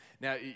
Now